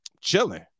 Chilling